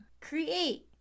Create